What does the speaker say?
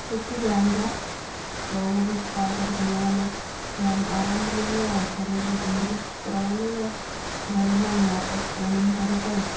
सुठी ब्रेंड जा आहिनि त उहो बि पाए करे भॼण में जामु आराम मिलंदो आहे ऐं शरीर बि तंदरुस्तु रहंदो ई आहे घरु ईंदा आहियूं वापिसि रनिंग करे करे